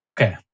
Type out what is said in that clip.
Okay